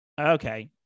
Okay